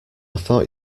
thought